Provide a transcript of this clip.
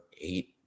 eight